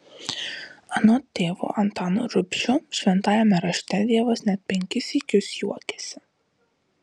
anot tėvo antano rubšio šventajame rašte dievas net penkis sykius juokiasi